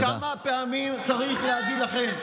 כמה פעמים צריך להגיד לכם?